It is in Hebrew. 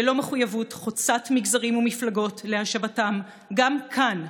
ללא מחויבות חוצת מגזרים ומפלגות להשבתם גם כאן,